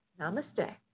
Namaste